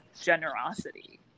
generosity